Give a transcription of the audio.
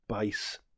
base